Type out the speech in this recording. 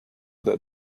that